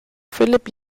philipp